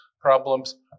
problems